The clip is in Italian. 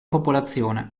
popolazione